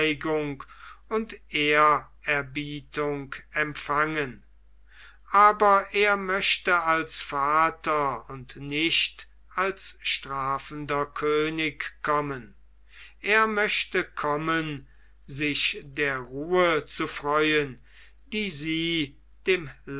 und ehrerbietung empfangen aber er möchte als vater und nicht als strafender könig kommen er möchte kommen sich der ruhe zu freuen die sie dem